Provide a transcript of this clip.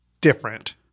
different